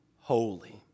holy